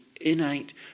innate